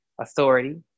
authority